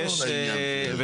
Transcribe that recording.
חודשיים שלושה, כן.